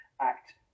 act